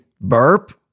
burp